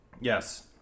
yes